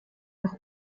noch